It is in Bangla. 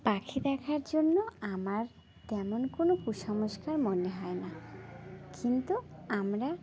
পাখি দেখার জন্য আমার তেমন কোনো কুসংস্কার মনে হয় না কিন্তু আমরা